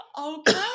Okay